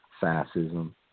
fascism